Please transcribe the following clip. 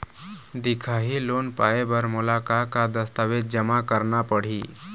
दिखाही लोन पाए बर मोला का का दस्तावेज जमा करना पड़ही?